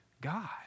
God